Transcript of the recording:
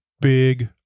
big